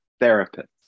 therapist